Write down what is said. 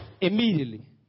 immediately